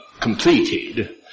completed